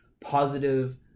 positive